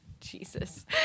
Jesus